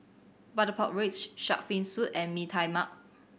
butter pork ribs Shark's Fin Soup and Mee Tai Mak